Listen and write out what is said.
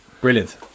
Brilliant